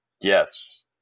Yes